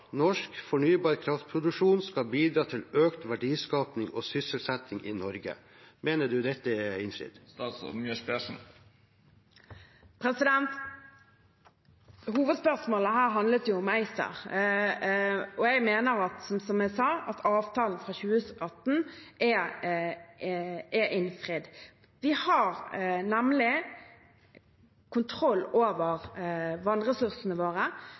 norsk fornybar kraftproduksjon skal bidra til økt verdiskaping og sysselsetting i Norge. Mener statsråden at dette er innfridd? Hovedspørsmålet her handlet om ACER, og jeg mener, som jeg sa, at avtalen fra 2018 er innfridd. Vi har nemlig kontroll over vannressursene våre.